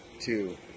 Two